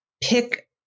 pick